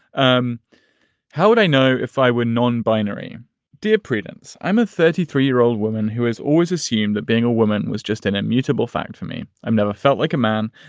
um how would i know if i were non-binary? dear prudence, i'm a thirty three year old woman who has always assumed that being a woman was just an immutable fact for me. i've never felt like a man.